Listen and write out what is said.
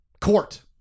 Court